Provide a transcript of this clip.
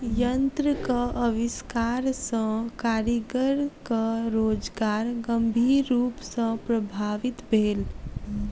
यंत्रक आविष्कार सॅ कारीगरक रोजगार गंभीर रूप सॅ प्रभावित भेल